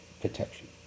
protection